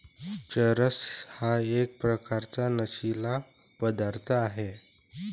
चरस हा एक प्रकारचा नशीला पदार्थ आहे